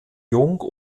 jung